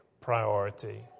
priority